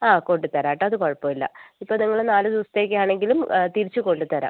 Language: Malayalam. ആ കൊണ്ടുത്തരാം കേട്ടോ അത് കുഴപ്പമില്ല ഇപ്പോൾ നിങ്ങൾ നാല് ദിവസത്തേക്കാണെങ്കിലും തിരിച്ച് കൊണ്ടുത്തരാം